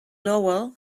lowell